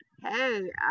Hey